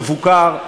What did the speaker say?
מבוקר,